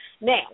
Now